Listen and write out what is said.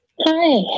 Hi